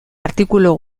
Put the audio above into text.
artikulu